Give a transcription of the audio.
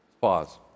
Pause